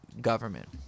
government